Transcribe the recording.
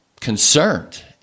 concerned